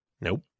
Nope